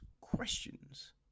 questions